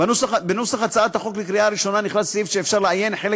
בנוסח הצעת החוק לקריאה הראשונה נכלל סעיף שאפשר לאיין חלק